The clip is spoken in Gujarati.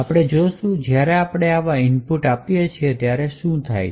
આપણે જોશું જ્યારે આપણે આવા ઇનપુટ આપીએ છીએ ત્યારે થાય છે